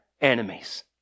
enemies